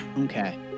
Okay